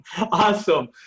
Awesome